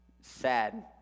Sad